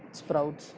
sprouts